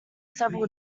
several